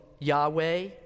Yahweh